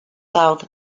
south